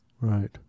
right